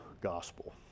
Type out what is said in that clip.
gospel